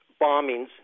bombings